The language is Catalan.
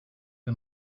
que